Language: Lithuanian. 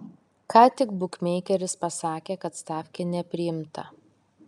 ką tik bukmeikeris pasakė kad stafkė nepriimta